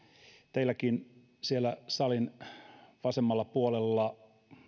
teidänkin siellä salin vasemmalla puolella